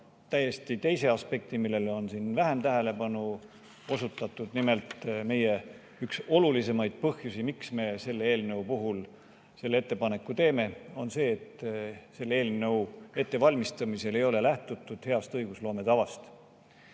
täiesti teise aspekti, millele on siin vähem tähelepanu osutatud. Nimelt, üks olulisemaid põhjusi, miks me selle eelnõu puhul selle ettepaneku teeme, on see, et eelnõu ettevalmistamisel ei ole lähtutud heast õigusloome tavast.